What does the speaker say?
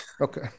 okay